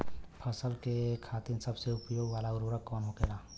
फसल के खातिन सबसे उपयोग वाला उर्वरक कवन होखेला?